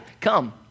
come